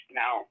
now